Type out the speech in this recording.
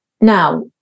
Now